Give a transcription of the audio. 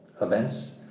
events